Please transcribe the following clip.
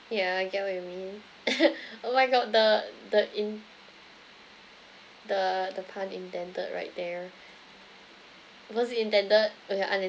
yeah I get what you mean oh my god the the in the the pun intended right there was it intended okay unintended